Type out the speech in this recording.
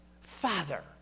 Father